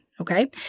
Okay